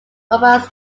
provides